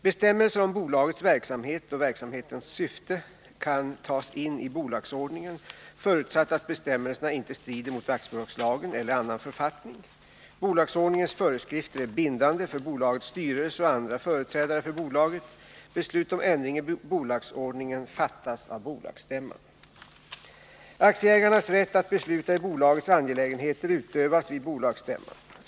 Bestämmelser om bolagets verksamhet och verksamhetens syfte kan tas in i bolagsordningen, förutsatt att bestämmelserna inte strider mot aktiebolagslagen eller annan författning. Bolagsordningens föreskrifter är bindande för bolagets styrelse och andra företrädare för bolaget. Beslut om ändring i bolagsordningen fattas av bolagsstämman. Aktieägarnas rätt att besluta i bolagets angelägenheter utövas vid bolagsstämman.